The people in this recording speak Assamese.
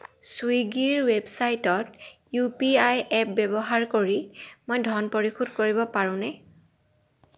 চুইগিৰ ৱেবছাইটত ইউ পি আই এপ ব্যৱহাৰ কৰি মই ধন পৰিশোধ কৰিব পাৰোনে